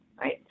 right